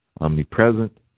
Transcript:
omnipresent